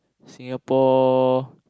Singapore